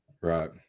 Right